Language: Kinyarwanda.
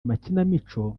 amakinamico